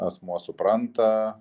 asmuo supranta